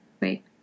Wait